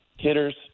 Hitters